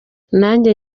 nanjye